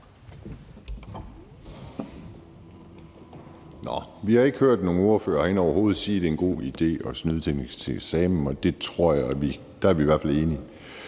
det. Vi har ikke hørt nogen ordførere herinde sige, at det er en god idé at snyde til en eksamen, så der er vi i hvert fald enige.